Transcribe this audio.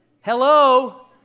Hello